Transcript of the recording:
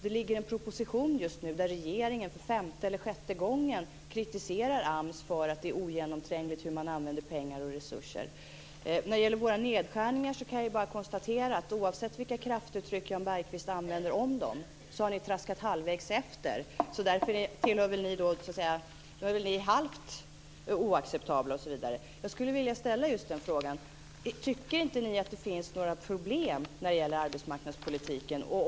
Det ligger en proposition framme just nu där regeringen för femte eller sjätte gången kritiserar AMS för att det är ogenomträngligt hur man använder pengar och resurser. När det gäller våra nedskärningar kan jag bara konstatera detta: Oavsett vilka kraftuttryck Jan Bergqvist använder om dem har ni traskat halvvägs efter, så därför är ni väl halvt oacceptabla. Jag skulle vilja ställa just den frågan. Tycker inte ni att det finns problem när det gäller arbetsmarknadspolitiken?